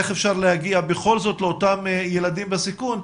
איך אפשר להגיע בכל זאת לאותם ילדים בסיכון.